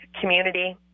community